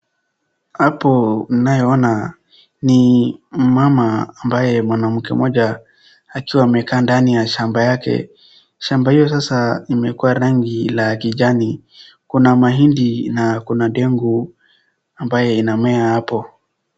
Hapo unayo ona, ni mmama ambaye mwanamke mmoja, akiwa amekaa ndani ya shamba yake, shamba hiyo sasa imekuwa rangi la kijani, kuna mahindi na kuna ndengu, ambayo inamea hapo.